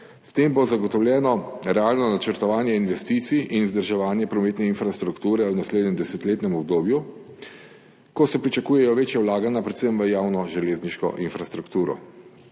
S tem bo zagotovljeno realno načrtovanje investicij in vzdrževanje prometne infrastrukture v naslednjem desetletnem obdobju, ko se pričakujejo večja vlaganja predvsem v javno železniško infrastrukturo.